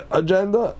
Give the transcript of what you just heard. agenda